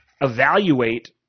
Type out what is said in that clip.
evaluate